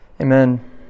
Amen